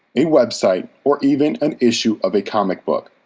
a website, or even an issue of a comic book.